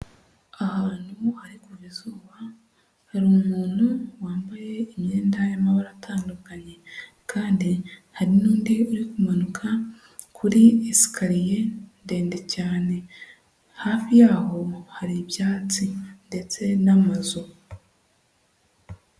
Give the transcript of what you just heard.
Ahantu hari izuba, hari umuntu wambaye imyenda y'amabara atandukanye, kandi hari n'undi uri kumanuka kuri esikariye ndende cyane, hafi yaho hari ibyatsi ndetse n'amazu.